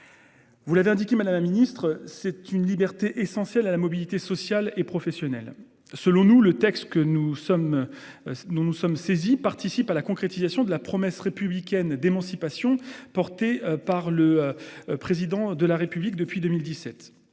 Vous l'avez indiqué, madame la secrétaire d'État, c'est une liberté essentielle à la mobilité sociale et professionnelle. Selon nous, le texte dont nous sommes saisis participe de la concrétisation de la promesse républicaine d'émancipation portée par le Président de la République depuis 2017.